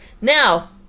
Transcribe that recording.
Now